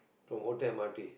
from Outram m_r_t